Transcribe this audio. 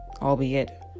albeit